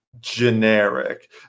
generic